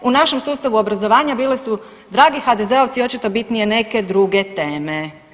U našem sustavu obrazovanja bili su, dragi HDZ-ovci, očito bitnije neke druge teme.